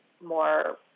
more